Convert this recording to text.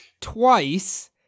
twice